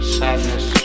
sadness